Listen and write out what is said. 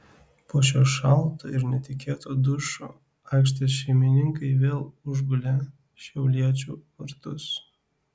po šio šalto ir netikėto dušo aikštės šeimininkai vėl užgulė šiauliečių vartus